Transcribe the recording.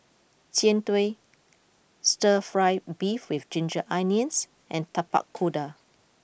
Jian Dui Stir Fry Beef with Ginger Onions and Tapak Kuda